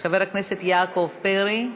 חבר הכנסת יעקב פרי.